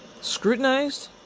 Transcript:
Scrutinized